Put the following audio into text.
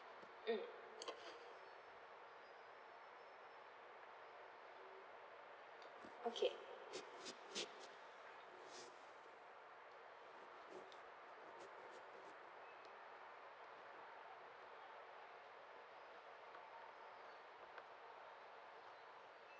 mm okay